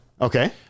okay